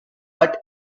but